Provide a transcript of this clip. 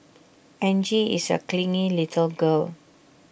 Angie is A clingy little girl